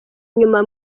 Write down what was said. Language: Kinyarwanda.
inyuma